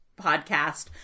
podcast